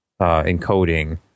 encoding